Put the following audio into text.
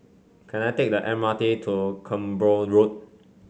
can I take the M R T to Cranborne Road